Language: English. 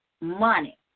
money